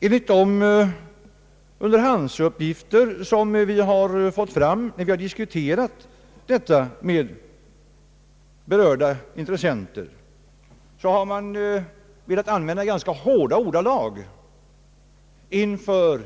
Enligt de underhandsuppgifter som vi har fått fram, när vi har diskuterat denna fråga med berörda intressenter, har man använt ganska hårda ordalag inför